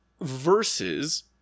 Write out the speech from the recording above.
Versus